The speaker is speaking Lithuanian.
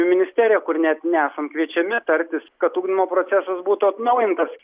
į ministeriją kur net nesam kviečiami tartis kad ugdymo procesas būtų atnaujintas